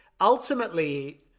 ultimately